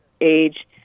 age